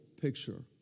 picture